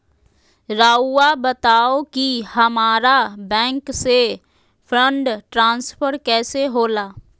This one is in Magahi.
राउआ बताओ कि हामारा बैंक से फंड ट्रांसफर कैसे होला?